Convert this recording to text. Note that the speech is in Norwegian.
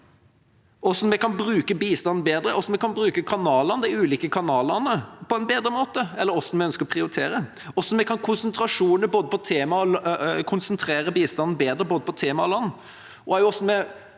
Hvordan vi kan bruke bistand bedre, hvordan vi kan bruke de ulike kanalene på en bedre måte, eller hvordan vi ønsker å prioritere, hvordan vi kan konsentrere bistanden bedre om både tema og land,